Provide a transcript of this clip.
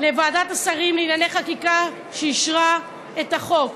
לוועדת השרים לענייני חקיקה, שאישרה את החוק,